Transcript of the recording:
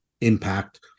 impact